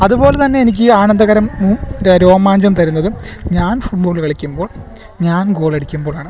അതുപോലെ തന്നെ എനിക്കീ ആനന്ദകരം രോമാഞ്ചം തരുന്നതും ഞാൻ ഫുട് ബോൾ കളിക്കുമ്പോൾ ഞാൻ ഗോളടിക്കുമ്പോളാണ്